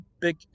big